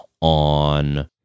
on